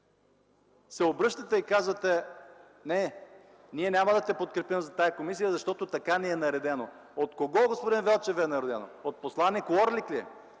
се обръщате и казвате: „Не, ние няма да те подкрепим за тази комисия, защото така ни е наредено”. От кого, господин Велчев, ви е наредено? От посланик Уорлик ли?